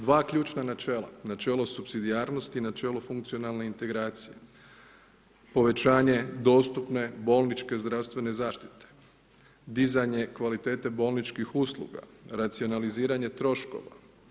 Dva ključna načela, načelo supsidijarnosti i načelo funkcionalne integracije, povećanje dostupne bolničke zdravstvene zaštite, dizanje kvalitete bolničkih usluga, racionaliziranje troškova.